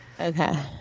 Okay